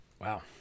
Wow